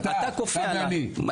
אתה כופה עלי.